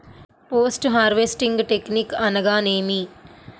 Post harvesting technique అనగా నేమి?